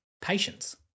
Patience